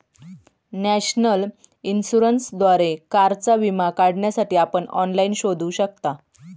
national इन्शुरन्सद्वारे कारचा विमा काढण्यासाठी आपण ऑनलाइन शोधू शकता